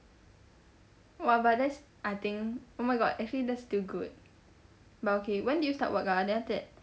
!!wah!! but that's I think oh my god actually that's still good but okay when did you start work ah then after that